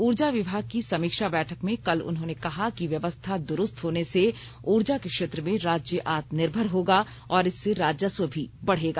ऊर्जा विभाग की समीक्षा बैठक में कल उन्होंने कहा कि व्यव्स्था दुरूस्त होने से ऊर्जा के क्षेत्र में राज्य आत्मनिर्भर होगा और इससे राजस्व भी बढ़ेगा